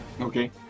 Okay